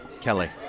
Kelly